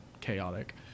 chaotic